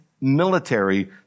military